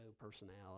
personality